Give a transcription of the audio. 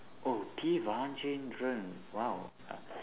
oh T rajendar !wow!